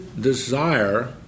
desire